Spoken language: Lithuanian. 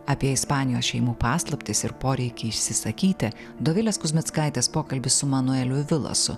apie ispanijos šeimų paslaptis ir poreikį išsisakyti dovilės kuzmickaitės pokalbis su manueliu vilasu